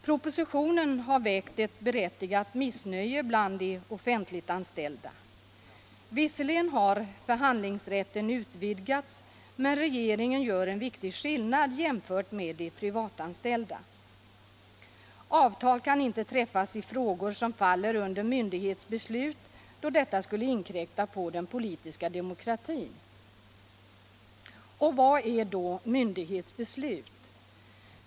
Propositionen har väckt ett berättigat missnöje bland de offentliganställda. Visserligen har förhandlingsrätten utvidgats, men regeringen gör en viktig skillnad jämfört med de privatanställda. Avtal kan inte träffas i frågor som faller under myndighets beslut, då detta skulle inkräkta på den politiska demokratin. Vad är då myndighets beslut?